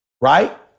Right